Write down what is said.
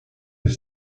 des